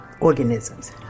organisms